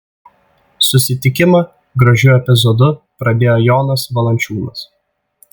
susitikimą gražiu epizodu pradėjo jonas valančiūnas